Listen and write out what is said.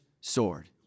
sword